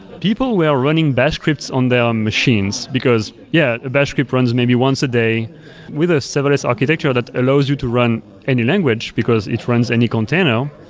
people were running batch scripts on their machines, because, yeah, batch scripts runs maybe once a day with a serverless architecture that allows you to run any language, because it runs any container.